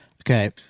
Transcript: Okay